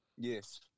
Yes